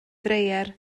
dreier